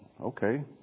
Okay